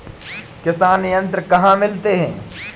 किसान यंत्र कहाँ मिलते हैं?